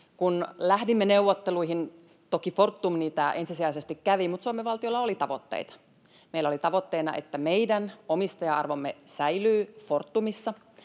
Kun lähdimme neuvotteluihin, toki Fortum niitä ensisijaisesti kävi, mutta Suomen valtiolla oli tavoitteita. Meillä oli tavoitteena, että meidän omistaja-arvomme säilyy Fortumissa.